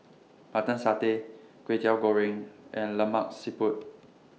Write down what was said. Mutton Satay Kwetiau Goreng and Lemak Siput